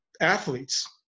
athletes